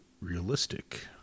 realistic